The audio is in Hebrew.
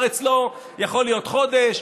שר אצלו יכול להיות חודש.